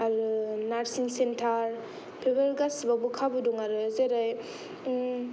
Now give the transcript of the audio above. आरो nursing centre बेफोर गासिबावबो खाबु दं आरो जेरै